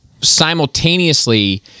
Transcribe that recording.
simultaneously